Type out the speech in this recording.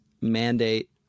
mandate